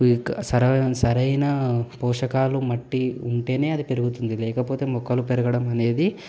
సరైన పోషకాలు మట్టి ఉంటేనే అది పెరుగుతుంది లేకపోతే మొక్కలు పెరగడం అనేది